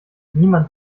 niemand